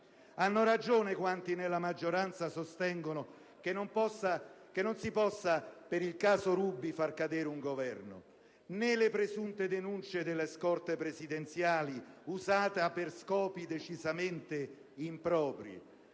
Hanno ragione quanti nella maggioranza sostengono che non si possa per il caso Ruby far cadere un Governo. Né le presunte denunce delle scorte presidenziali, usate per scopi decisamente impropri;